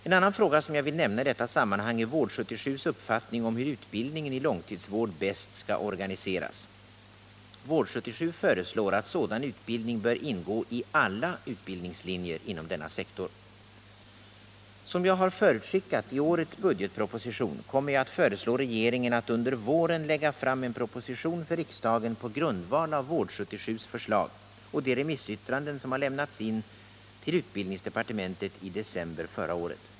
En annan fråga som jag vill nämna i detta sammanhang är Vård 77:s uppfattning om hur utbildningen i långtidsvård bäst skall organiseras. Vård 77 föreslår att sådan utbildning bör ingå i alla utbildningslinjer inom denna sektor. Som jag har förutskickat i årets budgetproposition kommer jag att föreslå regeringen att under våren lägga fram en proposition för riksdagen på grundval av Vård 77:s förslag och de remissyttranden som har lämnats in till utbildningsdepartementet i december förra året.